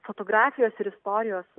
fotografijos ir istorijos